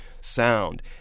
sound